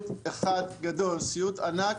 יושב פה רן שדמי, שייאמר